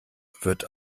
wird